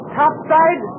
topside